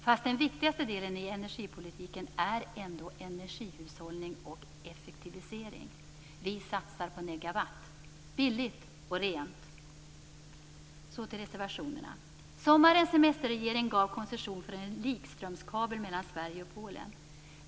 Fast den viktigaste delen i energipolitiken är ändå energihushållning och effektivisering - vi satsar på "negawatt". Billigt och rent! Så till reservationerna. Sommarens semesterregering gav koncession för en likströmskabel mellan Sverige och Polen.